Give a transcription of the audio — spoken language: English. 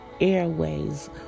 airways